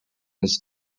his